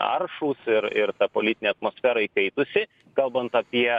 aršūs ir ir ta politinė atmosfera įkaitusi kalbant apie